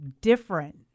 different